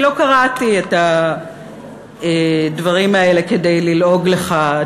אני לא קראתי את הדברים האלה כדי ללעוג לך,